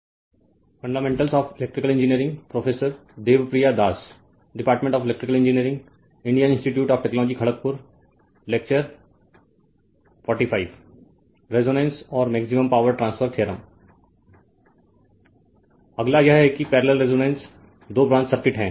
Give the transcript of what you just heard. Fundamentals of Electrical Engineering fundamentals of electrical engineering Prof Debapriya Das prof Debapriya Das Department of Electrical Engineering department of electrical engineering Indian institute of Technology Kharagpur Indian institute of technology Kharagpur Lecture - 45 lecture 45 Resonance and Maximum Power Transfer Theorem Contd resonance और maximum power transfer theorem अगला यह है कि parallel resonance दो branch circuit है